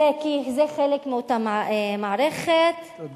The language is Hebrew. זה חלק מאותה מערכת, תודה.